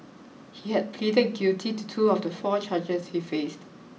he had pleaded guilty to two of the four charges he faced